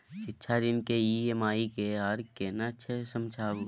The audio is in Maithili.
शिक्षा ऋण के ई.एम.आई की आर केना छै समझाबू?